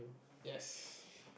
yes